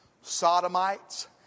sodomites